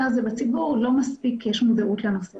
הזה בציבור לא מספיק יש מודעות לנושא.